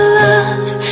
love